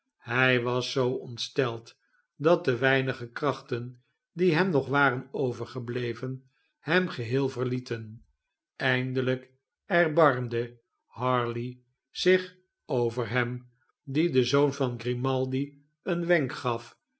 hi was zoo ontsteld dat de weinige krachten die hem nog waren overgebleven hem geheel verlieten eindelijk erbarmde harley zich over hem die den zoon van grimaldi een weak gaf